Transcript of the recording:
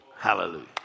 Hallelujah